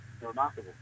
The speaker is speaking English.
Remarkable